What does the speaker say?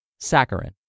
Saccharin